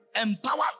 empower